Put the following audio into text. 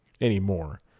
anymore